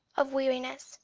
of weariness.